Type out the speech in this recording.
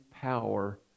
power